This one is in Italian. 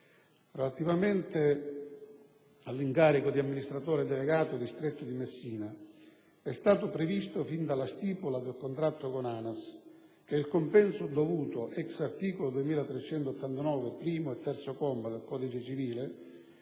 Relativamente all'incarico di amministratore delegato della società Stretto di Messina, è stato previsto fin dalla stipula del contratto con ANAS che il compenso dovuto *ex* articolo 2389, commi 1 e 3, del codice civile,